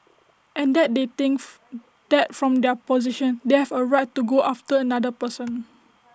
and that they thinks that from their position they have A right to go after another person